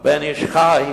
ה"בן איש חי":